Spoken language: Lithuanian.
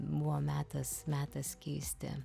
buvo metas metas keisti